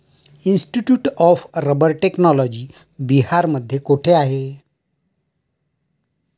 Institute of rubber technology बिहारमध्ये कोठे आहे?